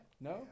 No